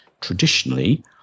traditionally